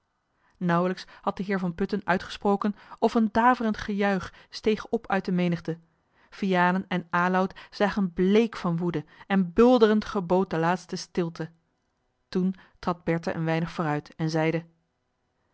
nauwelijks had de heer van putten uitgesproken of een daverend gejuich steeg op uit de menigte vianen en aloud zagen bleek van woede en bulderend gebood de laatste stilte toen trad bertha een weinig vooruit en zeide